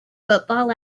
football